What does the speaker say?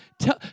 tell